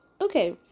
okay